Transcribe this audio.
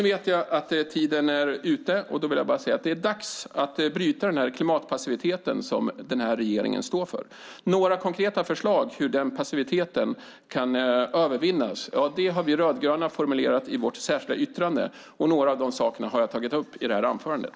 Det är dags att bryta den klimatpassivitet som den här regeringen står för. Några konkreta förslag på hur den passiviteten kan övervinnas har vi rödgröna formulerat i vårt särskilda yttrande, och några av dem har jag tagit upp i det här anförandet.